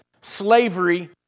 slavery